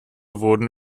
wurden